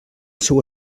seu